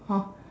!huh!